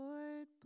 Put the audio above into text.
Lord